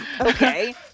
Okay